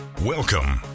Welcome